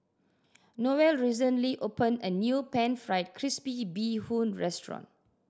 Noel recently opened a new Pan Fried Crispy Bee Hoon restaurant